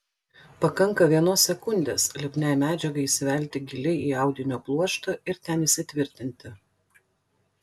pakanka vienos sekundės lipniai medžiagai įsivelti giliai į audinio pluoštą ir ten įsitvirtinti